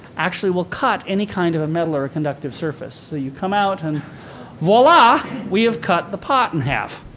actually will cut any kind of a metal or conductive surface. so you come out and voila. we have cut the pot in half.